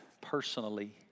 personally